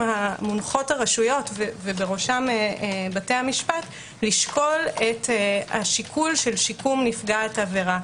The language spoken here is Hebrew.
הרשויות ובראשם בתי המשפט לשקול את השיקול של שיקום נפגעת העבירה.